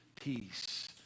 peace